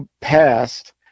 passed